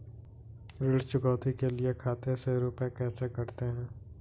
ऋण चुकौती के लिए खाते से रुपये कैसे कटते हैं?